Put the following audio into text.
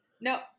no